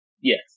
Yes